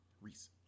Reese